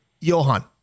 Johan